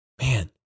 man